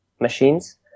machines